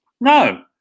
No